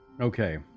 okay